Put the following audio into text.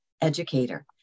educator